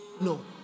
No